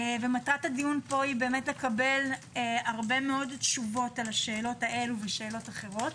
מטרת הדיון פה היא לקבל הרבה מאוד תשובות על השאלות האלה ושאלות אחרות.